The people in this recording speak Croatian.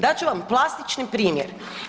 Dat ću vam plastični primjer.